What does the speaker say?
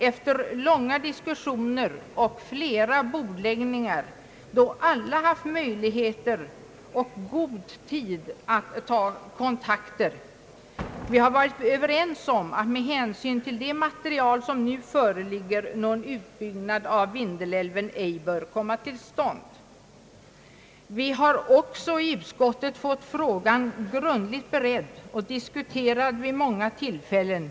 Efter långa diskussioner och flera bordläggningar, då alla haft möjligheter och god tid att ta kontakter, har vi också varit överens om att med hänsyn till det material, som nu föreligger, någon utbyggnad av Vindelälven ej bör komma till stånd. Vi har i utskottet fått frågan grundligt beredd och diskuterad vid många tillfällen.